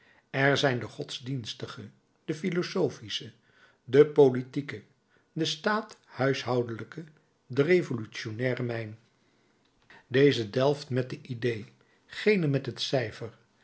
er zijn de godsdienstige de philosophische de politieke de staathuishoudelijke de revolutionaire mijn deze delft met de idee gene met het cijfer